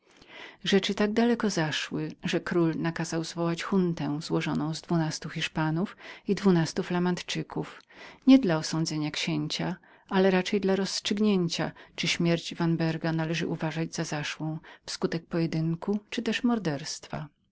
rzeczy tak daleko zaszły że król nakazał zwołać juntę złożoną z dwunastu hiszpanów i dwunastu flamandczyków nie dla osądzenia księcia ale raczej dla roztrzygnięcia czyli śmierć vanberga nalżałonależało uważać jako zaszłą w skutek pojedynku lub też morderstwa